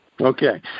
okay